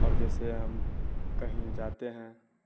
اور جیسے ہم کہیں جاتے ہیں